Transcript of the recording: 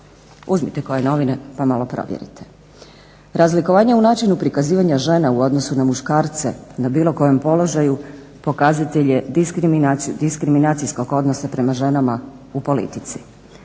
Uzmite koje novine pa malo provjerite. Razlikovanje u načinu prikazivanja žene u odnosu na muškarce na bilo kojem položaju pokazatelj je diskriminacijskog odnosa prema ženama u politici.